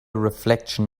reflection